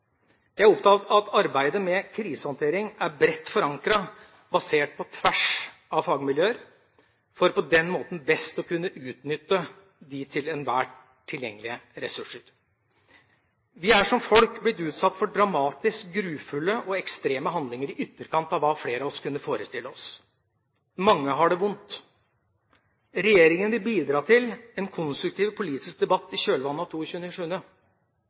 Jeg er opptatt av at arbeidet med krisehåndtering er bredt forankret på tvers av fagmiljøer, for på den måten best å kunne utnytte de til enhver tid tilgjengelige ressurser. Vi er som folk blitt utsatt for dramatiske, grufulle og ekstreme handlinger i ytterkant av hva flere av oss kunne forestille oss. Mange har det vondt. Regjeringa vil bidra til en konstruktiv politisk debatt i kjølvannet av